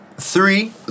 Three